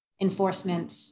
enforcement